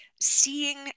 seeing